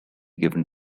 given